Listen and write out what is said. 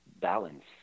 balance